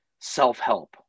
self-help